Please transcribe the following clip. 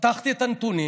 פתחתי את הנתונים,